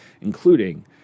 including